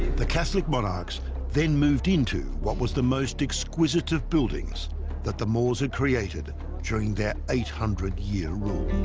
the catholic monarchs then moved into what was the most exquisite of buildings that the moors had created during their eight hundred year rule